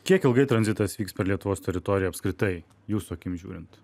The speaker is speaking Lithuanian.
kiek ilgai tranzitas vyks per lietuvos teritoriją apskritai jūsų akim žiūrint